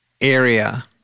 area